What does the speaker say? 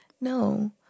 No